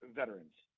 veterans